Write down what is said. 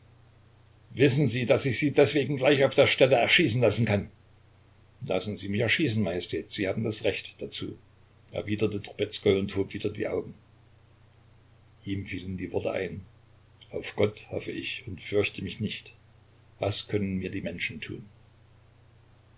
wissen sie daß ich sie deswegen gleich auf der stelle erschießen lassen kann lassen sie mich erschießen majestät sie haben das recht dazu erwiderte trubezkoi und hob wieder die augen ihm fielen die worte ein auf gott hoffe ich und fürchte mich nicht was können mir die menschen tun